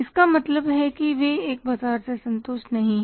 इसका मतलब है कि वे एक बाजार से संतुष्ट नहीं हैं